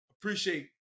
appreciate